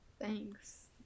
Thanks